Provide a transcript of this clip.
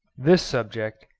this subject,